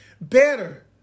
better